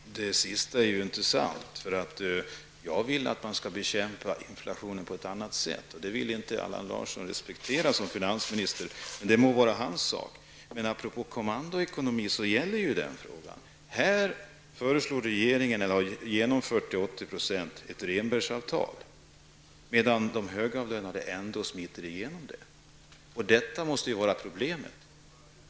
Herr talman! Det sista är ju inte sant. Jag vill att man skall bekämpa inflationen på ett annat sätt, men det vill Allan Larsson som finansminister inte respektera. Det må vara hans sak. Beträffande kommandoekonomi vill jag säga att regeringen ju till 80 % har lyckats genomföra Rehnbergsavtalet med påföljd att de högavlönade ändå kan smita igenom. Detta måste ju vara ett problem.